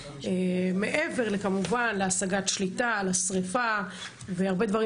מעבר כמובן להשגת שליטה על השריפה והרבה דברים